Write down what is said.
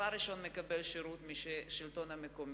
דבר ראשון מקבל שירות מהשלטון המקומי.